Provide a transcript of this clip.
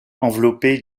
enveloppée